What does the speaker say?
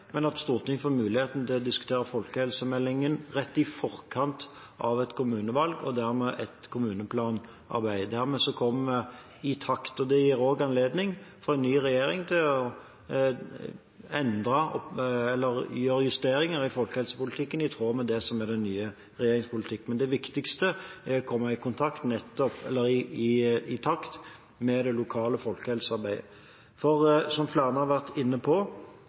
Stortinget får da mulighet til å diskutere folkehelsemeldingen rett i forkant av et kommunevalg, og dermed et kommuneplanarbeid. Dermed kommer man i takt. Det gir også anledning for en ny regjering til å endre eller gjøre justeringer i folkehelsepolitikken, i tråd med det som er den nye regjeringens politikk. Det viktigste er å komme i takt med det lokale folkehelsearbeidet, for, som flere har vært inne på,